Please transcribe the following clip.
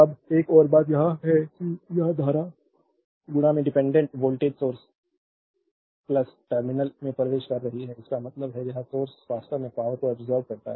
अब एक और बात यह है कि यह धारा डिपेंडेंट वोल्टेज सोर्स टर्मिनल में प्रवेश कर रही है इसका मतलब है यह सोर्स वास्तव में पावरको अब्सोर्बेद करता है